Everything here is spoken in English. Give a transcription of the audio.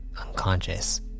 Unconscious